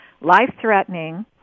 life-threatening